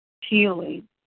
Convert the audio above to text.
healing